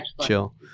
chill